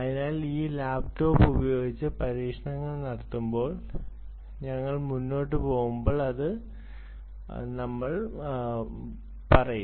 അതിനാൽ ഈ ലാപ്ടോപ്പ് ഉപയോഗിച്ച് പരീക്ഷണങ്ങൾ നടത്തുമ്പോൾ ഞങ്ങൾ മുന്നോട്ട് പോകുമ്പോൾ അത് നമ്മൾ എടുക്കും